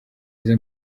izo